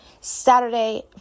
Saturday